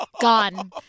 Gone